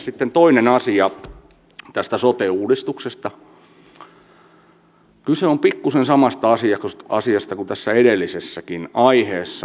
sitten toinen asia tästä sote uudistuksesta kyse on pikkuisen samasta asiasta kuin tässä edellisessäkin aiheessa